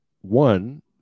one